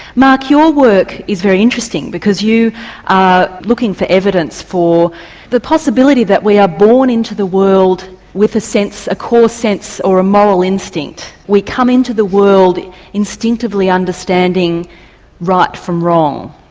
marc, your work is very interesting because you are looking for evidence for the possibility that we are born into the world with a core sense or a moral instinct, we come into the world instinctively understanding right from wrong.